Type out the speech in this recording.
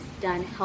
done